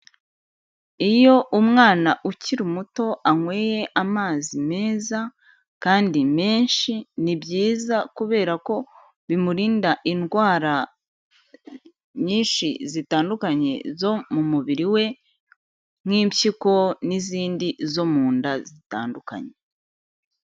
Iyo umwana ukiri muto anyweye amazi meza kandi menshi, ni byiza kubera ko bimurinda indwara nyinshi zitandukanye zo mu mubiri we nk'impyiko n'izindi zo mu nda zitandukanye.